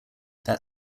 that